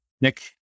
Nick